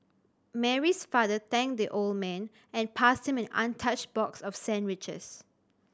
Mary's father thanked the old man and passed him an untouched box of sandwiches